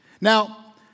Now